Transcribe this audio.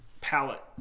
palette